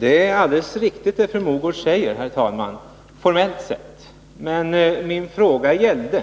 Herr talman! Vad fru Mogård säger är formellt sett alldeles riktigt. Men min fråga lydde: